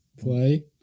Play